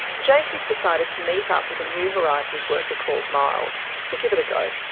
jason's decided to meet ah with a new horizons worker called miles, to give it a go.